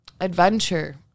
Adventure